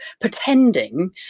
pretending